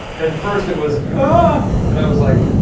at first, it was, ahhh! and i was like,